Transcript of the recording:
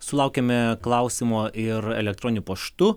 sulaukėme klausimo ir elektroniniu paštu